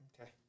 Okay